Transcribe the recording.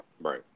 Right